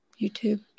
YouTube